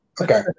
okay